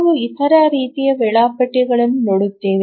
ನಾವು ಇತರ ರೀತಿಯ ವೇಳಾಪಟ್ಟಿಗಳನ್ನು ನೋಡುತ್ತೇವೆ